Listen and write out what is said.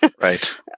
right